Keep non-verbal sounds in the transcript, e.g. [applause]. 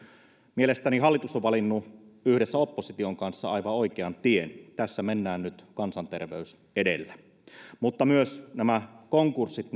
mielestäni hallitus on valinnut yhdessä opposition kanssa aivan oikean tien tässä mennään nyt kansanterveys edellä mutta myös nämä konkurssit [unintelligible]